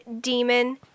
demon